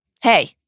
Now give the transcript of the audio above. Hey